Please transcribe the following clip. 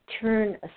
turn